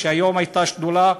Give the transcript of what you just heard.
שהיום הייתה שדולה,